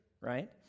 right